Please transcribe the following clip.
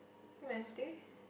Wednesday